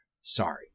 Sorry